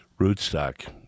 Rootstock